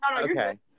Okay